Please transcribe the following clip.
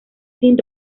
sin